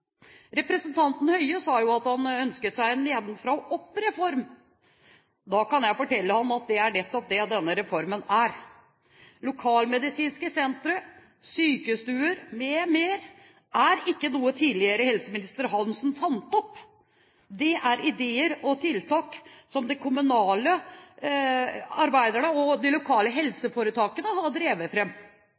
Representanten Høie sa at han ønsket seg en nedenfra-og-opp-reform. Da kan jeg fortelle ham at det er nettopp det denne reformen er. Lokalmedisinske sentre, sykestuer m.m. er ikke noe tidligere helseminister Hanssen fant opp. Dette er ideer og tiltak som de kommunale arbeiderne og de lokale helseforetakene har drevet